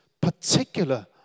particular